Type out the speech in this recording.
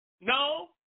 No